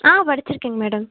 ஆ படிச்சுருக்கேங்க மேடம்